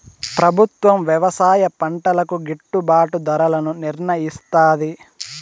ప్రభుత్వం వ్యవసాయ పంటలకు గిట్టుభాటు ధరలను నిర్ణయిస్తాది